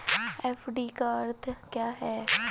FD का अर्थ क्या है?